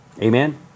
Amen